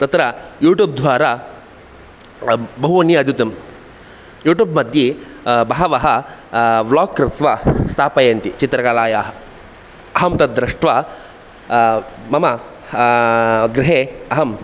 तत्र यूट्यूब्द्वारा बहूनि अधीतं यूट्यूब्मध्ये बहवः ब्लोग् कृत्वा स्थापयन्ति चित्रकलायाः अहं तद्दृष्ट्वा मम गृहे अहम्